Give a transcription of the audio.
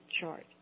chart